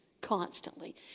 constantly